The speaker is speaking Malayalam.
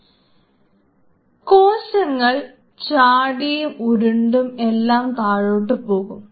ഈ കോശങ്ങൾ ചാടിയും ഉരുണ്ടും എല്ലാം താഴോട്ടു പോകും